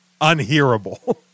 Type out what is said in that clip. unhearable